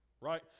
Right